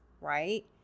right